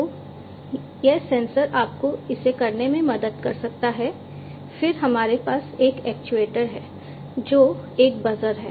तो यह सेंसर आपको इसे करने में मदद कर सकता है फिर हमारे पास एक एक्चुएटर है जो एक बजर है